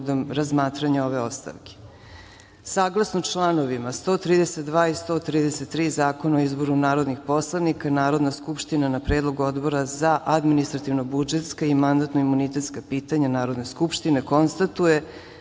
razmatranja ove ostavke. Saglasno čl. 132. i 133. Zakona o izboru narodnih poslanika, Narodna skupština, na predlog Odbora za administrativno-budžetska i mandatno-imunitetska pitanja Narodne skupštine, konstatuje